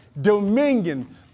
dominion